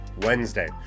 wednesday